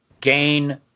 Gain